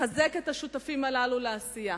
לחזק את השותפים הללו לעשייה.